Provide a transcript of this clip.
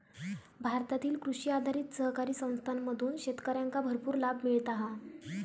भारतातील कृषी आधारित सहकारी संस्थांमधून शेतकऱ्यांका भरपूर लाभ मिळता हा